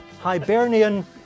Hibernian